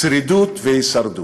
שרידות והישרדות.